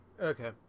Okay